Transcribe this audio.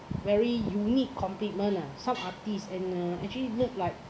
very unique compliment lah some artists and uh actually look like